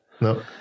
No